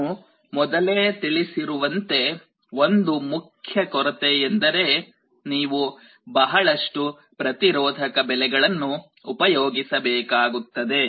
ನಾನು ಮೊದಲೇ ತಿಳಿಸಿರುವಂತೆ ಒಂದು ಮುಖ್ಯ ಕೊರತೆ ಎಂದರೆ ನೀವು ಬಹಳಷ್ಟು ಪ್ರತಿರೋಧಕ ಬೆಲೆಗಳನ್ನು ಉಪಯೋಗಿಸಬೇಕಾಗುತ್ತದೆ